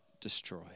destroy